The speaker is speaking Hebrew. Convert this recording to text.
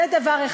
זה דבר אחד.